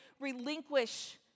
relinquish